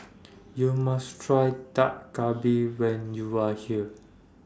YOU must Try Dak Galbi when YOU Are here